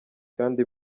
kandi